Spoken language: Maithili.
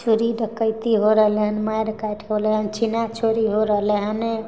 चोरी डकैती हो रहलै हन मारि काटि हो रहलै छीना छोरी हो रहलै हन